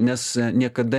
nes niekada